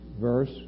verse